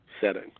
setting